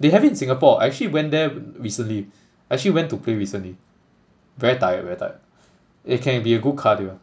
they have it in Singapore I actually went there recently I actually went to play recently very tired very tired it can be a good cardio